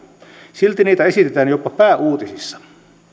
silti niitä esitetään jopa pääuutisissa